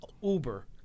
uber